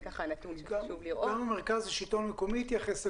גם המרכז לשלטון מקומי יתייחס.